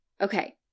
Okay